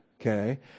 Okay